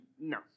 No